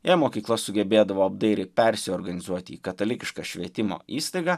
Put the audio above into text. jei mokykla sugebėdavo apdairiai persiorganizuoti į katalikišką švietimo įstaigą